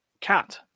Cat